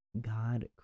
God